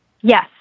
Yes